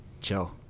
chill